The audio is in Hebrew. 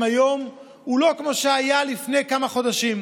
היום הוא לא כמו שהיה לפני כמה חודשים.